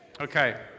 Okay